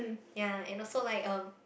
ya and also like um